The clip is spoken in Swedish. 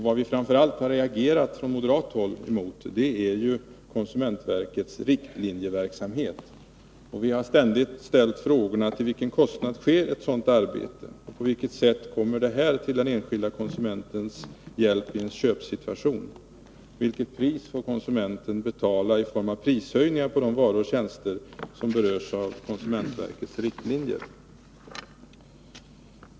Vad vi framför allt har reagerat mot från moderat håll är konsumentverkets riktlinjeverksamhet. Vi har ständigt frågat till vilken kostnad ett sådant arbete sker, på vilket sätt det kommer den enskilde konsumenten till hjälp i en köpsituation och hur mycket konsumenten får betala av de prishöjningar på varor och tjänster som berörs av konsumentverkets riktlinjer.